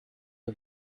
our